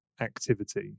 activity